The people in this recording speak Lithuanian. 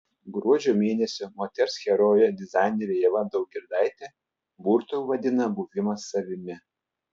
gruodžio mėnesio moters herojė dizainerė ieva daugirdaitė burtu vadina buvimą savimi